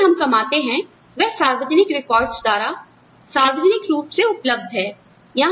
जो भी कमाते हैं वह सार्वजनिक रिकॉर्ड्स द्वारा सार्वजनिक रूप से उपलब्ध है